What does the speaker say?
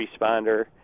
responder